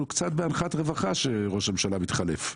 אנחנו קצת נאנחנו אנחת רווחה שראש הממשלה מתחלף.